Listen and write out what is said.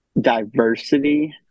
diversity